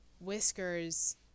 whiskers